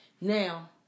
Now